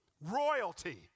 Royalty